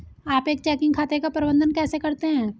आप एक चेकिंग खाते का प्रबंधन कैसे करते हैं?